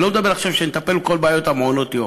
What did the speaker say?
אני לא אומר עכשיו שנטפל בכל בעיות מעונות-היום,